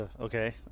Okay